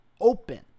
open